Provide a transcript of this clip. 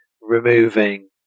removing